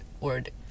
word